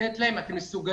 לתת להם: "אתם מסוגלים".